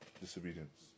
disobedience